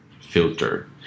filter